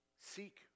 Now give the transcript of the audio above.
Seek